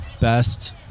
best